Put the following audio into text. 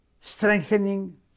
strengthening